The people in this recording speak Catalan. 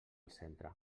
centre